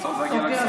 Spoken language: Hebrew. אוקיי.